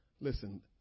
listen